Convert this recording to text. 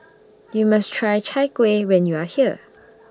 YOU must Try Chai Kueh when YOU Are here